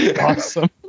Awesome